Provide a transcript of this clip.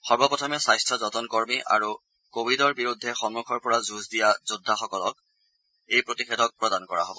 সৰ্বপ্ৰথমে স্বাস্থ্যতন কৰ্মী আৰু কোৱিডৰ বিৰুদ্ধে সন্মুখৰ পৰা যুজ দিয়াসকলক এই প্ৰতিষেধক প্ৰদান কৰা হব